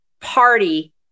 party